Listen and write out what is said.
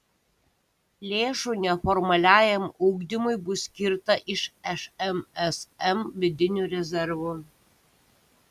lėšų neformaliajam ugdymui bus skirta iš šmsm vidinių rezervų